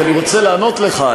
כי אני רוצה לענות לך.